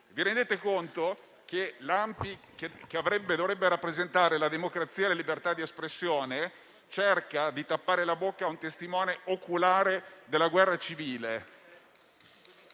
Vi rendete conto che l'ANPI, che dovrebbe rappresentare la democrazia e la libertà di espressione, cerca di tappare la bocca a un testimone oculare della guerra civile?